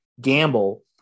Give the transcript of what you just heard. gamble